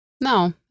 no